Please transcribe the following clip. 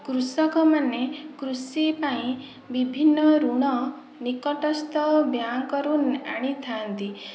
କୃଷକ ମାନେ କୃଷି ପାଇଁ ବିଭିନ୍ନ ଋଣ ନିକଟସ୍ଥ ବ୍ୟାଙ୍କରୁ ଆଣିଥାନ୍ତି